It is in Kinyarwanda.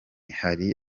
hari